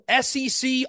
SEC